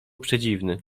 przedziwny